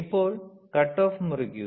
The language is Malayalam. ഇപ്പോൾ കട്ട് ഓഫ് മുറിക്കുക